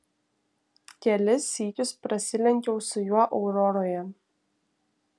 kelis sykius prasilenkiau su juo auroroje